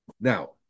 Now